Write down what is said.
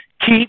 keep